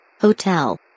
Hotel